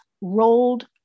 rolled